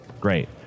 Great